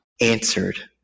answered